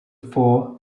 four